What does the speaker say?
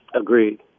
Agreed